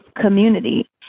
community